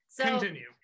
Continue